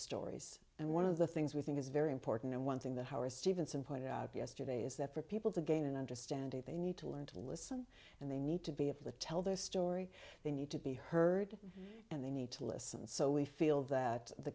stories and one of the things we think is very important and one thing that howard stevenson pointed out yesterday is that for people to gain an understanding they need to learn to listen and they need to be able to tell their story they need to be heard and they need to listen so we feel that the